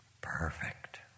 perfect